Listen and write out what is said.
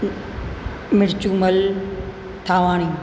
Mirchumal Thawani